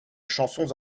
chansons